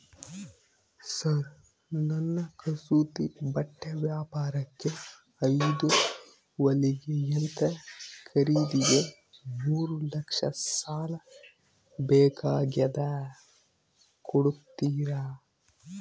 Sir ನನ್ನ ಕಸೂತಿ ಬಟ್ಟೆ ವ್ಯಾಪಾರಕ್ಕೆ ಐದು ಹೊಲಿಗೆ ಯಂತ್ರ ಖರೇದಿಗೆ ಮೂರು ಲಕ್ಷ ಸಾಲ ಬೇಕಾಗ್ಯದ ಕೊಡುತ್ತೇರಾ?